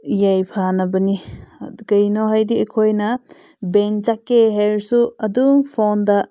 ꯌꯥꯏꯐꯅꯕꯅꯤ ꯀꯩꯅꯣ ꯍꯥꯏꯗꯤ ꯑꯩꯈꯣꯏꯅ ꯕꯦꯡꯛ ꯆꯠꯀꯦ ꯍꯥꯏꯔꯁꯨ ꯑꯗꯨꯝ ꯐꯣꯟꯗ